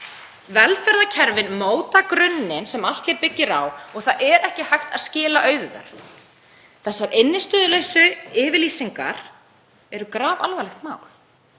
Velferðarkerfin móta grunninn sem allt hér byggir á og það er ekki hægt að skila auðu þar. Þessar innstæðulausu yfirlýsingar eru grafalvarlegt mál.